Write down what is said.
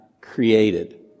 created